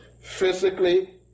physically